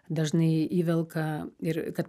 dažnai įvelka ir kad